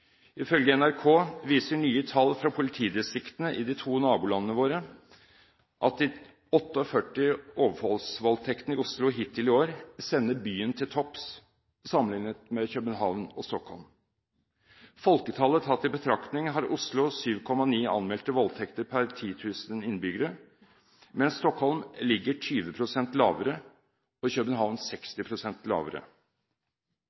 Ifølge NRK viser nye tall fra politidistriktene i de to nabolandene våre at de 48 overfallsvoldtektene i Oslo hittil i år sender byen til topps sammenlignet med København og Stockholm. Folketallet tatt i betraktning har Oslo 7,9 anmeldte voldtekter per 10 000 innbyggere, mens Stockholm ligger 20 pst. lavere og København